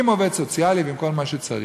עם עובד סוציאלי ועם כל מה שצריך,